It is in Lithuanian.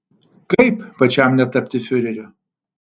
kaip pačiam netapti fiureriu